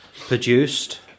produced